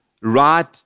right